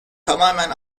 tamamen